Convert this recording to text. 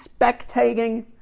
spectating